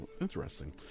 interesting